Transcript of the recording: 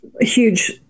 huge